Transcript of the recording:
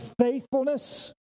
faithfulness